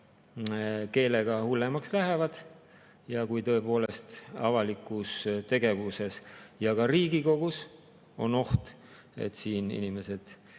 keelega hullemaks lähevad ja kui tõesti avalikus tegevuses ja ka Riigikogus on oht, et inimesed